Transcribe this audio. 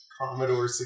Commodore